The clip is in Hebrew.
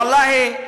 ואללה,